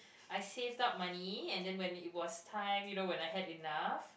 I saved up money and then when it was time you know when I had enough